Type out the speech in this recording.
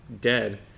dead